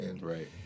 Right